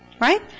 Right